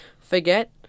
Forget